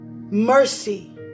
Mercy